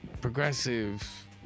Progressive